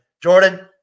Jordan